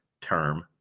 term